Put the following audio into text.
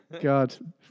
God